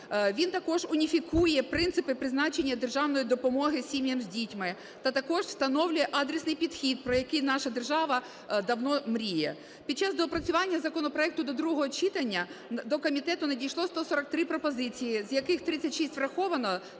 Він також уніфікує принципи призначення державної допомоги сім'ям з дітьми та також встановлює адресний підхід, про який наша держава давно мріє. Під час доопрацювання законопроекту до другого читання до комітету надійшло 143 пропозиції, з яких 36 – враховано,